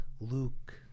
Luke